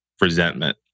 resentment